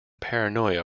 paranoia